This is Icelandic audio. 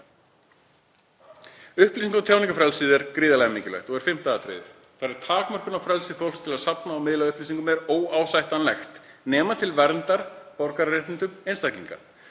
Upplýsinga- og tjáningarfrelsið er gríðarlega mikilvægt og er fimmta atriðið. Takmörkun á frelsi fólks til að safna og miðla upplýsingum er óásættanleg, nema til verndar borgararéttindum einstaklinga.